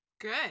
Good